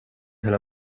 tal